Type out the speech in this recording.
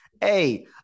Hey